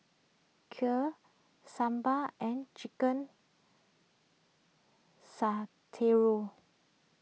Kheer Sambar and Chicken